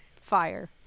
Fire